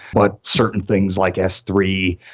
but certain things like s three,